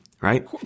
right